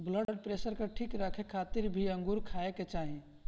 blood pressure के ठीक रखे खातिर भी अंगूर खाए के चाही